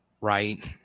right